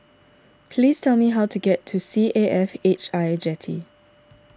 please tell me how to get to C A F H I Jetty